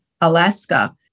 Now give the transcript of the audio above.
Alaska